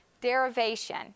derivation